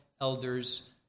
elders